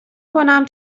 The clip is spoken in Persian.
کنم